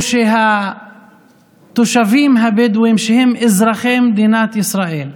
או שהתושבים הבדואים, שהם אזרחי מדינת ישראל,